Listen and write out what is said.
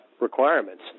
requirements